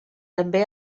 també